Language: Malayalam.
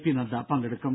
പിനദ്ദ പങ്കെടുക്കും